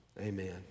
Amen